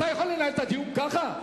אתה יכול לנהל את הדיון ככה?